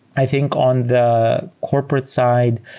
i think on the corporate side,